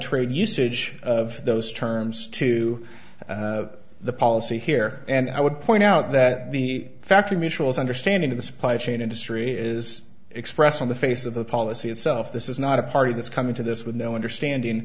trade usage of those terms to the policy here and i would point out that the factory mutual understanding of the supply chain industry is expressed on the face of the policy itself this is not a party that's come into this with no understanding